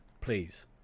please